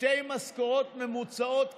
שתי משכורות ממוצעות,